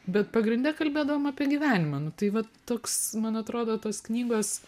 bet pagrinde kalbėdavom apie gyvenimą nu tai va toks man atrodo tos knygos